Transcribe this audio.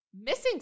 Missing